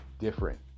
different